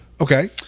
okay